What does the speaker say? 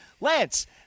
Lance